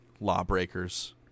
lawbreakers